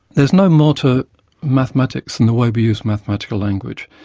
there's no more to mathematics and the way we use mathematical language,